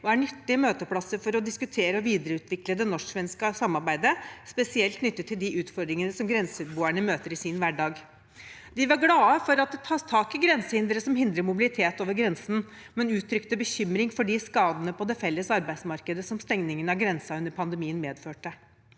og er nyttige møteplasser for å diskutere og videreutvikle det norsk-svenske samarbeidet, spesielt knyttet til de utfordringene som grenseboerne møter i sin hverdag. De var glad for at det tas tak i grensehindre som hindrer mobilitet over grensen, men uttrykte bekymring for de skadene på det felles arbeidsmarkedet som stengingen av grensen under pandemien medførte.